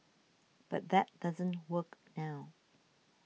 but that doesn't work now